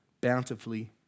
bountifully